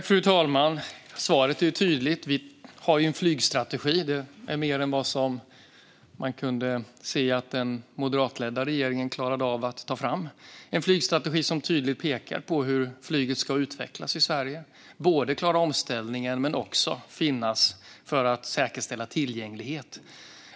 Fru talman! Svaret är tydligt: Vi har en flygstrategi. Det är mer än man kunde se att den moderatledda regeringen klarade av att ta fram. Det är en flygstrategi som tydligt pekar på hur flyget ska utvecklas i Sverige för att klara omställningen men också säkerställa tillgänglighet.